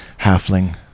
halfling